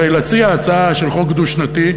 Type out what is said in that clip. הרי להציע הצעה של חוק דו-שנתי,